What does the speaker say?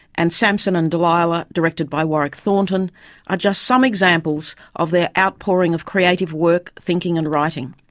and samson and delilah, directed by warwick thornton are just some examples of their outpouring of creative work, thinking and writing.